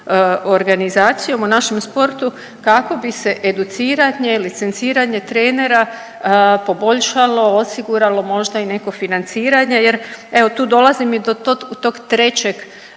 organizacijom u našem sportu kako bi se educiranje, licenciranje trenera poboljšalo, osiguralo možda i neko financiranje jer evo tu dolazim i do tog trećeg